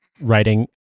writing